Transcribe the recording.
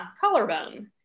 collarbone